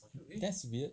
that's weird